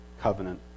covenant